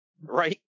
Right